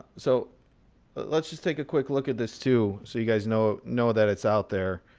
so let's just take a quick look at this, too, so you guys know know that it's out there.